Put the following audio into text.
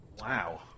Wow